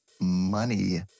money